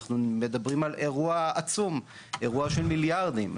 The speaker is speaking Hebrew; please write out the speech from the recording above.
אנחנו מדברים על אירוע עצום, אירוע של מיליארדים.